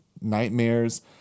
nightmares